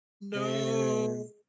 No